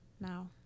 now